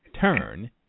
Turn